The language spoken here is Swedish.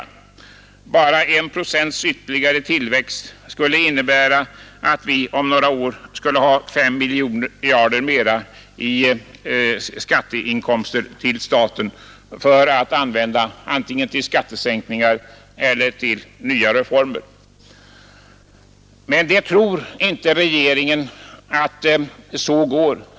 En tillväxt på bara 1 procent ytterligare skulle innebära att vi om några år hade 5 miljarder mer i skatteinkomster till staten, och de pengarna kunde då användas antingen till skattesänkningar eller till nya reformer. Men regeringen tror inte att det går.